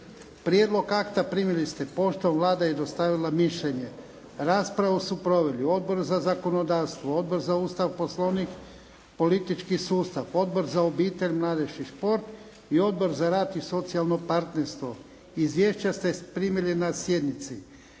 Prijedlog akta primili ste poštom. Vlada je dostavila mišljenje. Raspravu su proveli Odbor za zakonodavstvo, Odbor za Ustav, Poslovnik i politički sustav, Odbor za obitelj, mladež i šport i Odbor za rad i socijalno partnerstvo. Izvješća ste primili na sjednici.